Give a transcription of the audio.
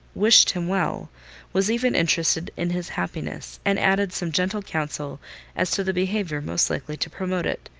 wished him well was even interested in his happiness and added some gentle counsel as to the behaviour most likely to promote it.